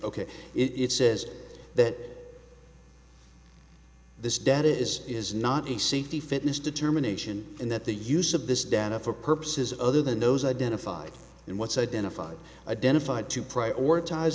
ok it says that this debt is is not a safety fitness determination and that the use of this data for purposes other than those identified and what's identified identified to prioritize